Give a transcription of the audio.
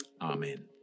Amen